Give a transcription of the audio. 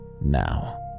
Now